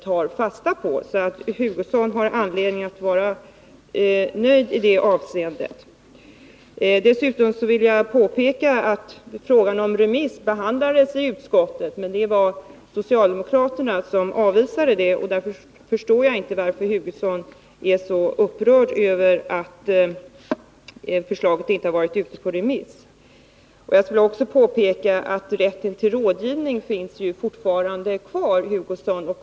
Herr Hugosson har alltså anledning att vara nöjd i det avseendet. Dessutom vill jag påpeka att frågan om remiss behandlades i utskottet, men tanken avvisades av socialdemokraterna. Jag förstår därför inte varför herr Hugosson är så upprörd över att förslaget inte har varit ute på remiss. Jag skulle också vilja påpeka att rätten till rådgivning finns kvar.